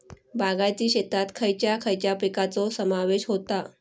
बागायती शेतात खयच्या खयच्या पिकांचो समावेश होता?